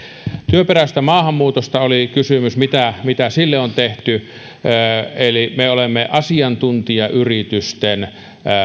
työperäisestä maahanmuutosta oli kysymys mitä mitä sille on tehty me olemme asiantuntijayritysten